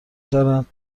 دارن